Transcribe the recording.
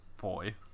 Boy